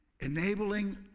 enabling